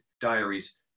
diaries